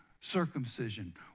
circumcision